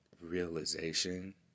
realization